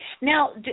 Now